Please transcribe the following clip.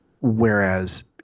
whereas